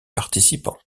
participants